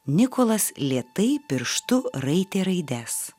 nikolas lėtai pirštu raitė raides